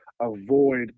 avoid